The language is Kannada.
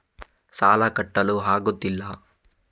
ಸಾಲ ಕಟ್ಟಲು ಆಗುತ್ತಿಲ್ಲ